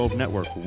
network